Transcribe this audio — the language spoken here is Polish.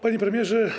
Panie Premierze!